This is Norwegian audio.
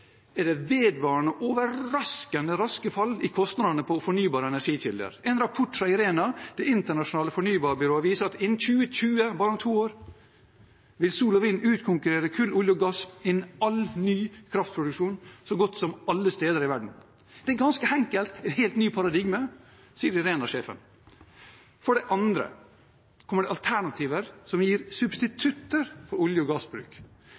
er det vedvarende, overraskende raske fall i kostnadene på fornybare energikilder. En rapport fra IRENA, det internasjonale fornybarbyrået, viser at innen 2020 – bare om to år – vil sol og vind utkonkurrere kull, olje og gass innen all ny kraftproduksjon så godt som alle steder i verden. Det er ganske enkelt et helt nytt paradigme, sier IRENA-sjefen. For det andre kommer det alternativer som gir substitutter til olje- og gassbruk.